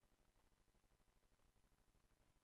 חברות חברות וחברים, תם סדר-היום.